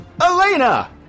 Elena